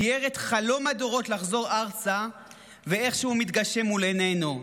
תיאר את חלום הדורות לחזור ארצה ואיך הוא מתגשם מול עינינו.